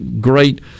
great